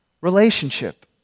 relationship